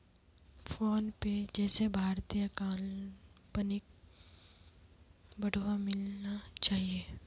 PhonePe जैसे भारतीय कंपनिक बढ़ावा मिलना चाहिए